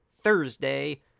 Thursday